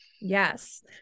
Yes